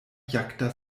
jacta